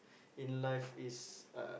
in life is uh